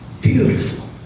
Beautiful